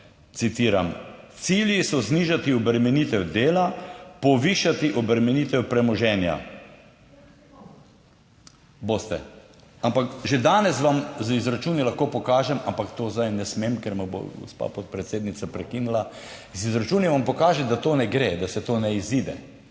citiram: "Cilji so znižati obremenitev dela, povišati obremenitev premoženja". / oglašanje iz dvorane/ Boste. Ampak že danes vam z izračuni lahko pokažem, ampak to zdaj ne smem, ker me bo gospa podpredsednica prekinila, z izračuni vam pokaže, da to ne gre, da se to ne izide.